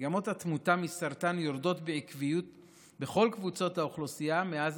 מגמת התמותה מסרטן יורדת בעקביות בכל קבוצות האוכלוסייה מאז